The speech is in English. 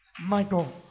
Michael